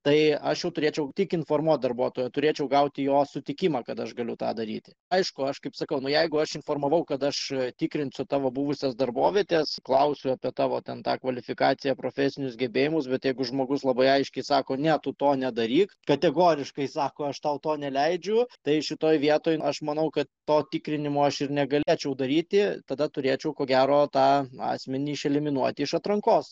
tai aš jau turėčiau tik informuoti darbuotoją turėčiau gauti jo sutikimą kad aš galiu tą daryti aišku aš kaip sakau nu jeigu aš informavau kad aš tikrinsiu tavo buvusias darbovietes klausiu apie tavo tą kvalifikaciją profesinius gebėjimus bet jeigu žmogus labai aiškiai sako net to nedaryk kategoriškai sako aš tau to neleidžiu tai šitoje vietoj aš manau kad to tikrinimo aš ir negalėčiau daryti tada turėčiau ko gero tą asmenį išeliminuoti iš atrankos